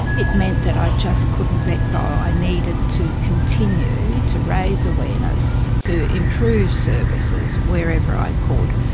it meant that i just couldn't let go, i needed to continue to raise awareness, to improve services wherever i could.